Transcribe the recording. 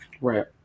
Right